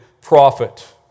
prophet